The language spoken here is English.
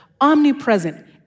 omnipresent